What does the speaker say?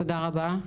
תודה רבה.